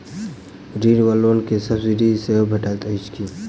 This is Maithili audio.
ऋण वा लोन केँ सब्सिडी सेहो भेटइत अछि की?